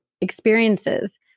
experiences